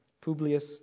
Publius